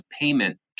payment